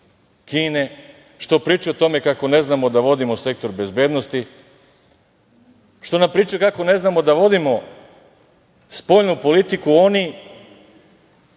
Kine, što pričaju o tome kako ne znamo da vodimo Sektor bezbednosti, što nam pričaju kako ne znamo da vodimo spoljnu politiku, oni